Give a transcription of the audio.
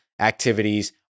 activities